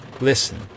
listen